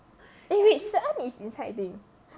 eh wait si an is inside thing